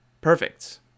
Perfect